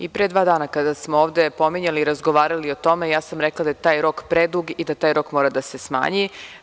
I pre dva dana, kada smo ovde pominjali i razgovarali o tome, ja sam rekla da je taj rok predug i da taj rok mora da se smanji.